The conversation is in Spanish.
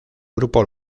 grupo